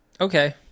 Okay